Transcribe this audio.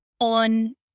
on